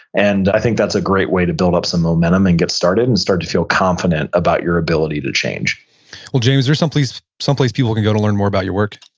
and i think that's a great way to build up some momentum and get started and start to feel confident about your ability to change well, james, where's some place some place people can go to learn more about your work?